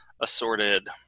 assorted